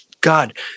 God